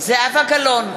זהבה גלאון,